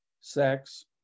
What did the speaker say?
sex